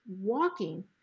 walking